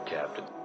Captain